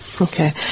Okay